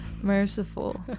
Merciful